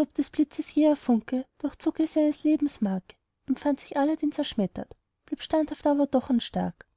ob des blitzes jäher funke durchzucke seines lebens mark empfand sich aladdin zerschmettert blieb standhaft aber doch und stark